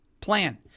plan